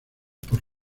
por